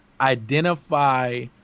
identify